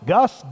Gus